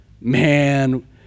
man